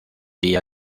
día